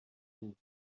بود